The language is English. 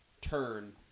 turn